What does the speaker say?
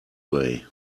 way